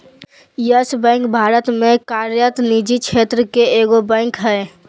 yes Bank Bharat में कार्यरत निजी क्षेत्र के एगो बैंक हइ